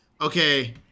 Okay